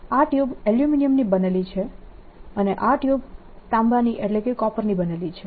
આ tube aluminium ની બનેલી છે અને આ ટ્યુબ તાંબાની બનેલી છે